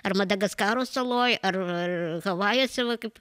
ar madagaskaro saloj ar havajuose va kaip